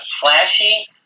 flashy